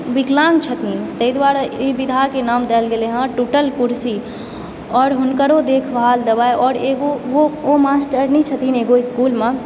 विकलाँग छथिन ताहि दुआरे इ विधाके नाम देल गेलय हँ टूटल कुर्सी आओर हुनकरो देखभाल आ दबाइ आ हुनकरो एगो ओ मास्टरनी छथिन एगो इस्कूलमे